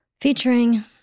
Featuring